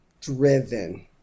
driven